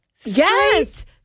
Yes